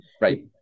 right